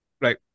Right